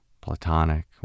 platonic